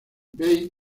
bey